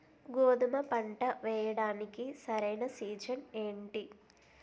గోధుమపంట వేయడానికి సరైన సీజన్ ఏంటి?